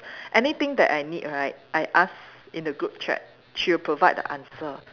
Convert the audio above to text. anything that I need right I ask in the group chat she will provide the answer